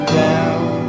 down